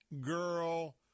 girl